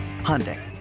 Hyundai